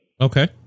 Okay